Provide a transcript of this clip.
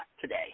today